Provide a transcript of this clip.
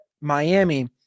Miami